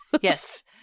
yes